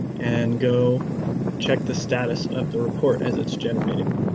and go check the status of the report, as it's generating.